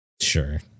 sure